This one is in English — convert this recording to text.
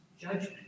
Judgment